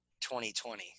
2020